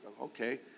okay